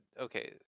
Okay